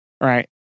right